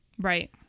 Right